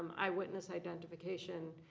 eyewitness identification